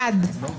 נפל.